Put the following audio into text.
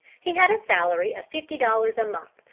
he had a salary of fifty dollars a month,